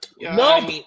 No